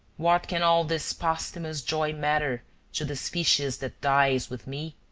what can all this posthumous joy matter to the species that dies with me?